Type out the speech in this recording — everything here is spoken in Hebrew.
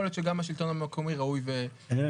יכול להיות שגם השלטון המקומי ראוי --- אני